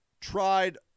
tried